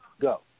go